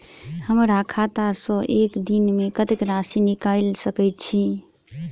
हमरा खाता सऽ एक दिन मे कतेक राशि निकाइल सकै छी